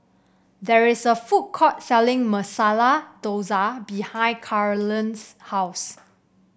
there is a food court selling Masala Dosa behind Carolann's house